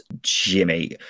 Jimmy